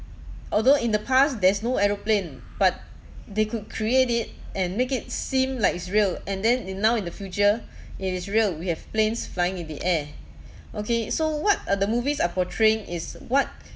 although in the past there's no aeroplane but they could create it and make it seem like it's real and then it now in the future it is real we have planes flying in the air okay so what are the movies are portraying is what